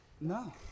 No